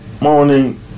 morning